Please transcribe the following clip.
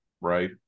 right